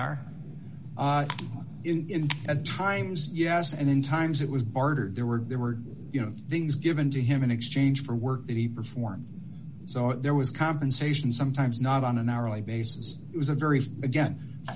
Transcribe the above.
hour in at times yes and in times it was barter there were there were you know things given to him in exchange for work that he performed so there was compensation sometimes not on an hourly basis it was a very again